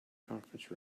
conference